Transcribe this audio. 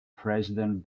president